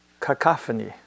cacophony